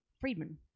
Friedman